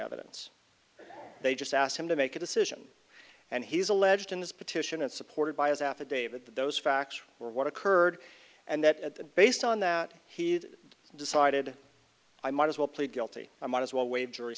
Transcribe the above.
evidence they just asked him to make a decision and he's alleged in this petition and supported by his affidavit that those facts were what occurred and that based on that he'd decided i might as well plead guilty i might as well waive jury